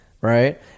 Right